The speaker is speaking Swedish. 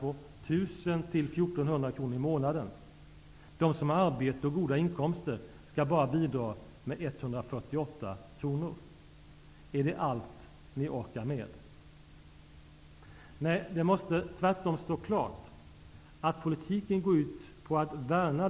Vi är också övertygade om att den ekonomiska politiken på detta sätt måste inriktas på att samtidigt bekämpa arbetslösheten och inflationen.